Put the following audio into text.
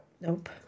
Nope